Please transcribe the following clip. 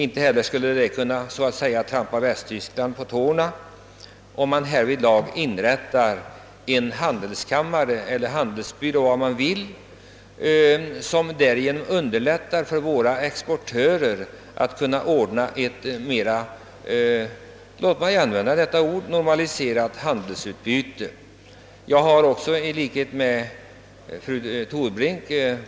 Inte heller skulle det så att säga vara att trampa Västtyskland på tårna om det inrättas en handelskammare eller handelsbyrå som skulle underlätta för våra exportörer att skapa ett mera, låt mig använda detta ord, normaliserat handelsutbyte. Jag har liksom fru Torbrink m., fl.